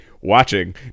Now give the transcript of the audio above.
Watching